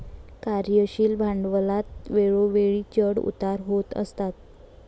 कार्यशील भांडवलात वेळोवेळी चढ उतार होत असतात